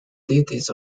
deities